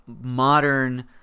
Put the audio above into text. modern